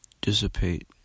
dissipate